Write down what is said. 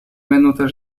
минута